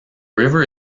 river